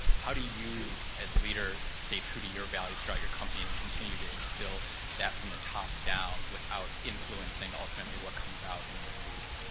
how do you, as a leader, stay true to your values throughout your company and continue to instill that from the top down without influencing, ultimately, what comes out in your news?